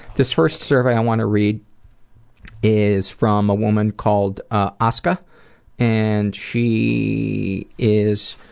this first survey i want to read is from a woman called ah oska and she is